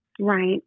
Right